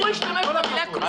הוא השתמש במילה כנופיות.